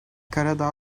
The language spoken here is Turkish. karadağ